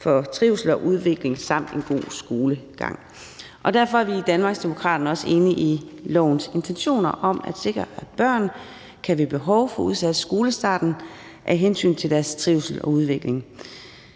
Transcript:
for trivsel og udvikling samt en god skolegang, og derfor er vi i Danmarksdemokraterne også enige i lovforslagets intentioner om at sikre, at børn ved behov kan få udsat skolestarten af hensyn til deres trivsel og udvikling.